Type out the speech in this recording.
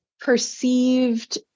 perceived